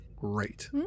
great